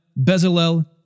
Bezalel